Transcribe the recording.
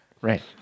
right